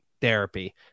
therapy